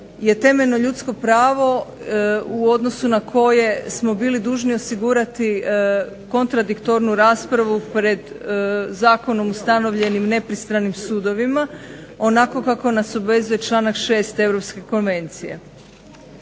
je temeljno ljudsko pravo u odnosu na koje smo bili dužni osigurati kontradiktornu raspravu pred zakonom ustanovljenim nepristranim sudovima, onako kako nas obvezuje članak 6. Europske konvencije.